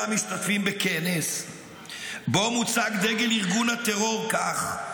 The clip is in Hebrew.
משתתפים בכנס שבו מוצג דגל ארגון הטרור כך,